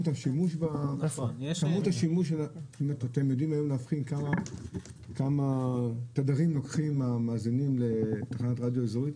אתם יודעים היום להבחין כמה תדרים לוקחים המאזינים לתחנת רדיו אזורית,